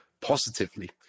positively